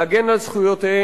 להגן על זכויותיהם,